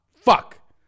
fuck